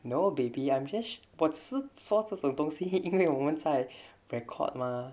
no baby ambitious ports sorted sotong see he 引领我们在 record 吗